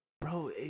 Bro